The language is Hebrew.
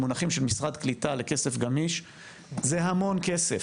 12 מיליון שקל במונחים של משרד קליטה לכסף גמיש זה המון כסף,